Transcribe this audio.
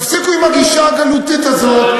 תפסיקו עם הגישה הגלותית הזאת,